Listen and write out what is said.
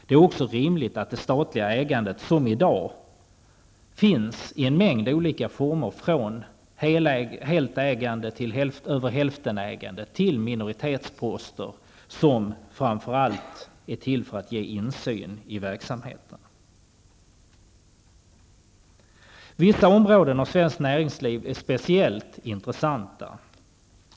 Det är också rimligt att det statliga ägandet, som i dag, finns i en mängd olika former, från helägande, till över hälftenägande till minoritetsposter, som framför allt är till för att ge insyn i verksamheterna. Vissa områden i svenskt näringsliv är speciellt intressanta.